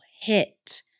hit